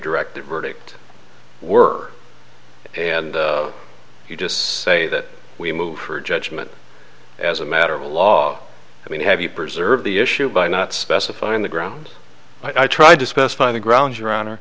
directed verdict were and you just say that we move for judgment as a matter of law i mean have you preserved the issue by not specifying the grounds i tried to specify the grounds around or